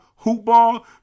HOOPBALL